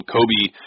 Kobe